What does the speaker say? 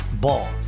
Ball